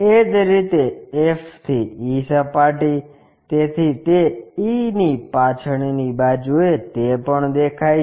એ જ રીતે f થી e સપાટી તેથી તે e ની પાછળની બાજુએ તે પણ દેખાય છે